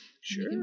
Sure